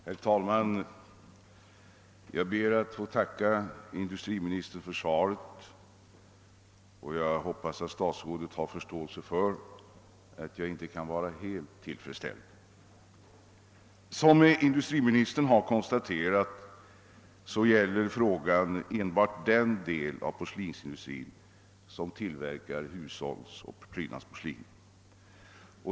Herr talman! Jag ber att få tacka industriministern för svaret. Jag hoppas att statsrådet har en viss förståelse för att jag inte kan vara helt tillfredsställd med detta svar. Som industriministern har konstaterat gäller frågan enbart den del av porslinsindustrin som tillverkar hushållsoch prydnadsporslin.